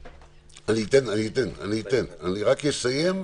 יש את חוק הסמכויות הגדול,